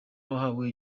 wahawe